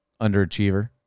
underachiever